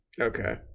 Okay